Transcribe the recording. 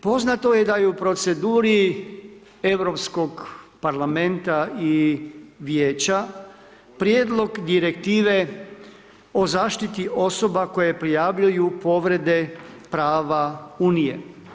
Poznato je da je u proceduri Europskog parlamenta i Vijeća prijedlog Direktive o zaštiti osoba koje prijavljuju povrede prava Unije.